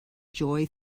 joy